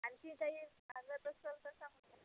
आणखीन काही मागवायचं असेल तर सांगून द्या